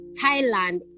Thailand